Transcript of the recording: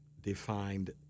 defined